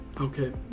okay